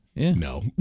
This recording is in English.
No